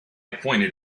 pointed